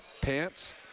pants